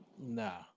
Nah